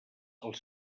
els